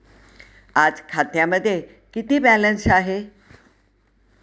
आज खात्यामध्ये किती बॅलन्स आहे?